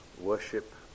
worship